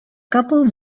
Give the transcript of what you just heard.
couple